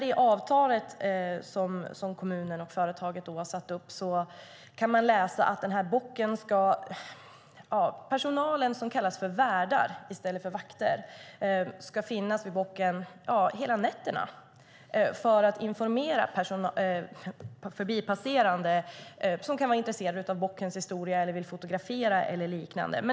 I avtalet som kommunen och företaget har satt upp kan man läsa att personalen, som kallas värdar i stället för vakter, ska finnas vid bocken hela nätterna för att informera förbipasserande som kan tänkas vara intresserade av bockens historia eller vill fotografera eller liknande.